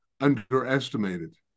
underestimated